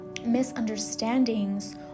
misunderstandings